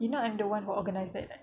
you know I'm the one who organise that